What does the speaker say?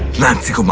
nancy.